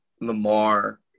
Lamar